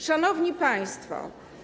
Szanowni Państwo!